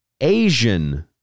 Asian